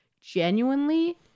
Genuinely